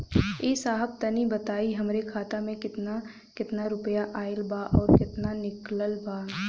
ए साहब तनि बताई हमरे खाता मे कितना केतना रुपया आईल बा अउर कितना निकलल बा?